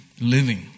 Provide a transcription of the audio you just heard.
living